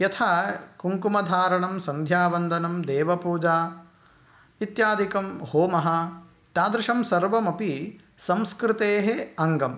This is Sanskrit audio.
यथा कुङ्कुमधारणं सन्ध्यावन्दनं देवपूजा इत्यादिकं होमः तादृशं सर्वमपि संस्कृतेः अङ्गं